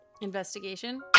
Investigation